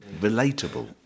relatable